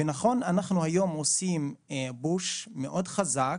אנחנו היום עושים פוש מאוד חזק,